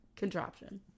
contraption